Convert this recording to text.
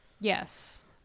Yes